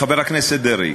חבר הכנסת דרעי,